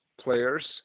players